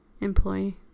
employee